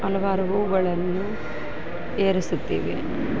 ಹಲವಾರು ಹೂವುಗಳನ್ನು ಏರಿಸುತ್ತೀವಿ